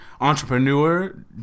entrepreneur